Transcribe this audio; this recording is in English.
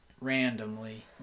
randomly